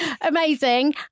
amazing